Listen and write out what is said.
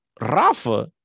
Rafa